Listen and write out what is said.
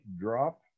drop